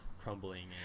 crumbling